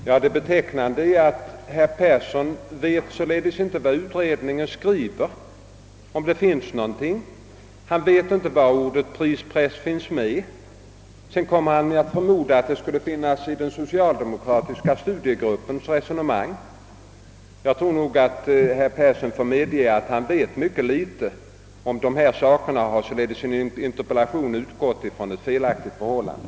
Herr talman! Det betecknande är att herr Persson således inte vet vad utredningen skriver. Han vet inte var ordet prispress finns med. Sedan förmodar han att det skulle finnas i den socialdemokratiska studiegruppens program. Jag tror nog att herr Persson får medge att han vet mycket litet om dessa saker och sålunda i sin interpellation har utgått från en felaktig uppfattning.